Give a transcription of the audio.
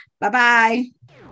bye-bye